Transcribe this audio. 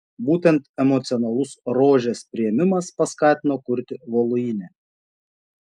būtent emocionalus rožės priėmimas paskatino kurti voluinę